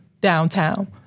downtown